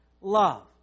love